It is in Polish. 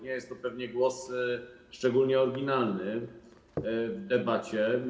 Nie jest to pewnie głos szczególnie oryginalny w debacie.